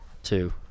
two